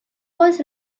was